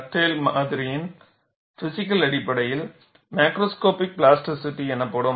டக்டேலின் மாதிரியின் பிஸிக்கல் அடிப்படை மேக்ரோஸ்கோபிக் பிளாஸ்டிசிட்டி எனப்படும்